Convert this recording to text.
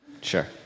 Sure